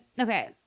Okay